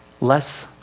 less